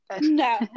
No